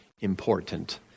important